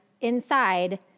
inside